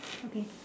okay